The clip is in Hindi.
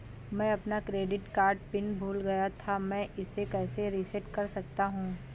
मैं अपना क्रेडिट कार्ड पिन भूल गया था मैं इसे कैसे रीसेट कर सकता हूँ?